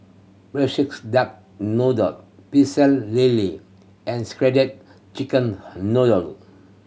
Braised Duck Noodle Pecel Lele and shredded chicken noodle